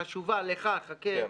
היא חשובה לך, חכה.